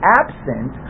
absent